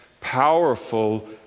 powerful